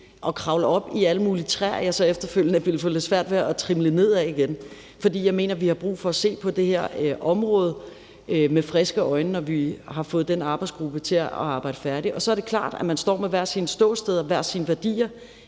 og kravle op i alle mulige træer, jeg så efterfølgende ville få lidt svært ved at trimle ned fra igen, fordi jeg mener, at vi har brug for at se på det her område med friske øjne, når vi har fået den arbejdsgruppe til at arbejde færdigt. Og så er det klart, at man står med hvert sit ståsted og hver sine værdier